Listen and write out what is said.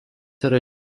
yra